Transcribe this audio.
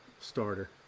starter